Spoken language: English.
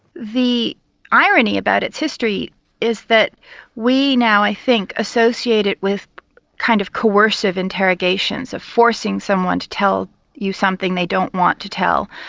the irony about its history is that we now i think associate it with a kind of coercive interrogations of forcing someone to tell you something they don't want to tell.